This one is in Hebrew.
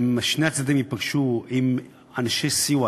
שני הצדדים ייפגשו עם אנשי סיוע.